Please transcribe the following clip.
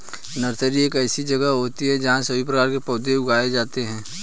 nursery एक ऐसी जगह होती है जहां सभी प्रकार के पौधे उगाए जाते हैं